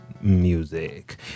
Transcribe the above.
Music